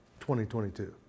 2022